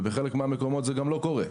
בחלק מהמקומות זה גם לא קורה.